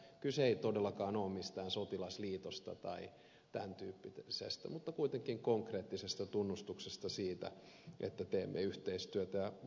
kyse ei todellakaan ole mistään sotilasliitosta tai tämän tyyppisestä mutta kuitenkin konkreettisesta tunnustuksesta siitä että teemme yhteistyötä